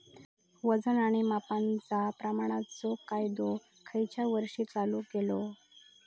वजन आणि मापांच्या प्रमाणाचो कायदो खयच्या वर्षी चालू केलो?